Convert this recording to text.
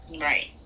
right